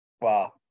Wow